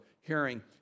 hearing